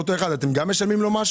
אתם גם משלמים לו,